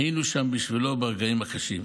היינו שם בשבילו ברגעים הקשים.